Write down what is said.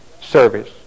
service